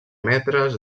metres